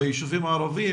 ביישובים הערביים,